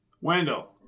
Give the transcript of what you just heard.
Wendell